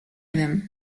wiem